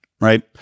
right